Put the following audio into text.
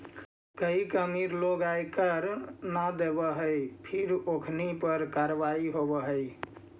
कईक अमीर लोग आय कर न देवऽ हई फिर ओखनी पर कारवाही होवऽ हइ